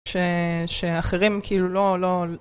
ש שאחרים כאילו לא לא...